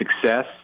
success